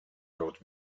rood